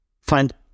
find